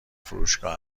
فروشگاه